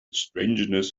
strangeness